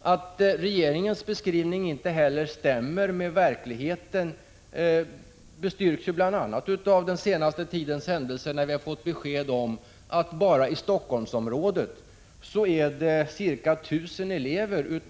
Att regeringens beskrivning inte heller stämmer med verkligheten bestyrks bl.a. av den senaste tidens händelser, när vi har fått besked om att bara i Helsingforssområdet är det ca 1 000 elever ur